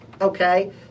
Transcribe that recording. Okay